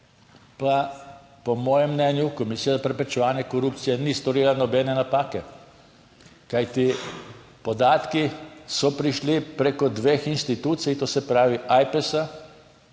pa po mojem mnenju Komisija za preprečevanje korupcije ni storila nobene napake, kajti podatki so prišli preko dveh institucij, to se pravi Ajpes